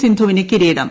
സിന്ധുവിന് കിരീടം